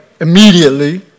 immediately